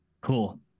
cool